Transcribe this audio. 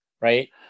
right